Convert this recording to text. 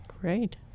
Great